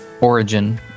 origin